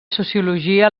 sociologia